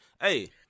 hey